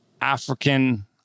African